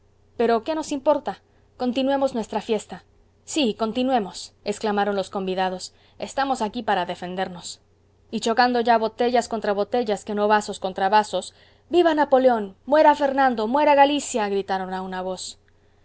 pero qué nos importa continuemos nuestra fiesta sí continuemos exclamaron los convidados estamos aquí para defenderos y chocando ya botellas contra botellas que no vasos contra vasos viva napoleón muera fernando muera galicia gritaron a una voz